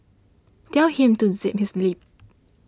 tell him to zip his lip